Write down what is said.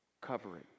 covering